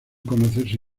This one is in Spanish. conocerse